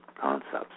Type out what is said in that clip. concepts